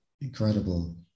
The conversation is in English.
Incredible